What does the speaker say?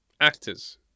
actors